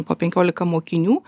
po penkiolika mokinių